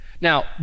Now